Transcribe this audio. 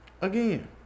Again